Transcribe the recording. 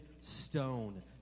stone